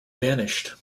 vanished